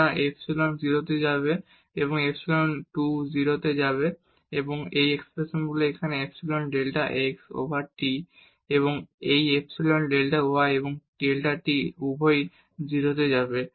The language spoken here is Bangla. সুতরাং এই ইপসিলন 0 তে যাবে এবং এই ইপসিলন 2 0 এ যাবে এবং তারপর এই এক্সপ্রেশনগুলি এখানে epsilon delta x over delta t এবং এই ইপসিলন ডেল্টা y ও ডেল্টা t এ তারা উভয় 0 তে যাবে